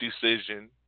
decision